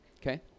okay